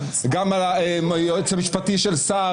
גם היועץ המשפטי של שר,